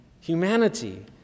humanity